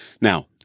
Now